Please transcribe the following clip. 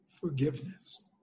forgiveness